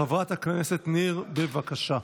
חברת הכנסת ניר, בבקשה,